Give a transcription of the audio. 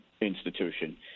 institution